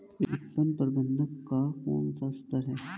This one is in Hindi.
विपणन प्रबंधन का कौन सा स्तर है?